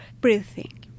breathing